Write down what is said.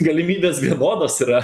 galimybės vienodos yra